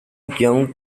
young